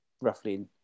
roughly